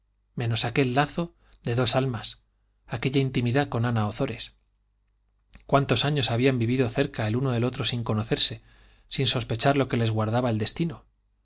menos aquel lazo de dos almas aquella intimidad con ana ozores cuántos años habían vivido cerca uno de otro sin conocerse sin sospechar lo que les guardaba el destino